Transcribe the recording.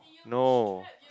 no